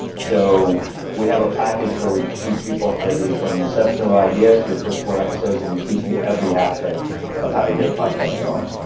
so we have a package where we teach people how to do from inception of an idea to your first four episodes, and we teach you every aspect of how to get a podcast going.